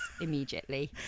immediately